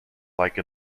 like